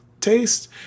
taste